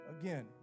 again